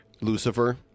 Lucifer